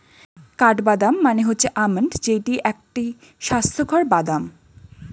কাঠবাদাম মানে হচ্ছে আলমন্ড যেইটা একটি স্বাস্থ্যকর বাদাম